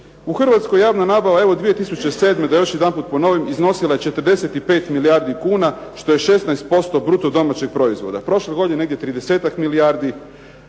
U Hrvatskoj javna nabava evo 2007. da još jedanput ponovim iznosila je 45 milijardi kuna što je 16% bruto-domaćeg proizvoda. Prošle godine negdje 30 milijardi,